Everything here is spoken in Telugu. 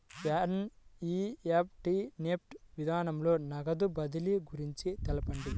ఎన్.ఈ.ఎఫ్.టీ నెఫ్ట్ విధానంలో నగదు బదిలీ గురించి తెలుపండి?